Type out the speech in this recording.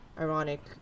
ironic